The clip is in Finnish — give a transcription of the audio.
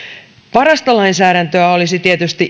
parasta lainsäädäntöä olisi tietysti